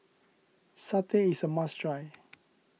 Satay is a must try